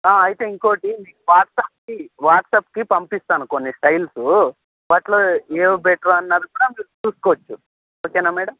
అయితే ఇంకొకటి మీకు వాట్సప్కి వాట్సప్కి పంపిస్తాను కొన్ని స్టయిల్సు వాటిలో ఏవి బెటరో అన్నది కూడా మీరు చూసుకోచ్చు ఓకేనా మేడం